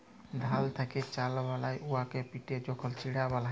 ধাল থ্যাকে চাল বালায় উয়াকে পিটে যখল চিড়া বালায়